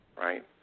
right